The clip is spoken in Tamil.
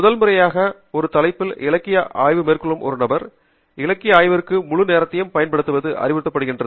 முதல் முறையாக ஒரு தலைப்பில் இலக்கிய ஆய்வு மேற்கொள்ளும் ஒரு நபர் இலக்கிய ஆய்வுக்கு முழு நேரமும் பயன்படுத்தப்படுவது அறிவுறுத்தப்படுகிறது